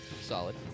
Solid